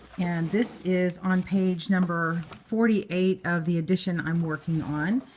and this is on page number forty eight of the edition i'm working on,